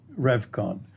Revcon